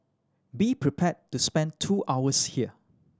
be prepared to spend two hours here